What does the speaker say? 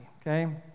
okay